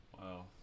wow